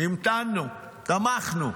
המתנו, תמכנו,